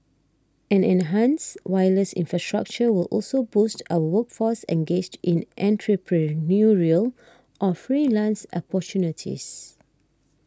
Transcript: an enhanced wireless infrastructure will also boost our workforce engaged in entrepreneurial or freelance opportunities